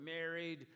married